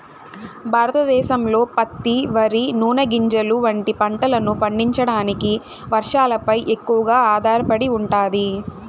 భారతదేశంలో పత్తి, వరి, నూనె గింజలు వంటి పంటలను పండించడానికి వర్షాలపై ఎక్కువగా ఆధారపడి ఉంటాది